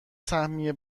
سهمیه